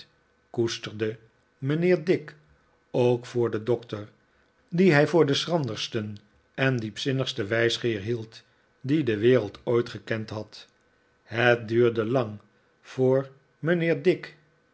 koesterde mijnheer dick opk voor den doctor dien hij voor den schrandersten en diepzinnigsten wijsgeer hield dien de wereld ooit gekend had het duurde lang voor mijnheer dick